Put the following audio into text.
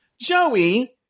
Joey